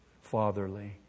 fatherly